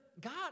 God